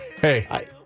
Hey